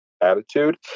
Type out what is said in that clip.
attitude